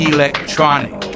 Electronic